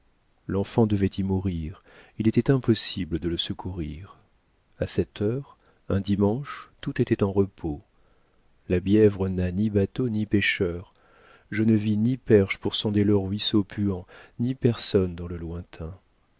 l'enfant devait y mourir il était impossible de le secourir a cette heure un dimanche tout était en repos la bièvre n'a ni bateaux ni pêcheurs je ne vis ni perches pour sonder le ruisseau puant ni personne dans le lointain